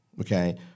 okay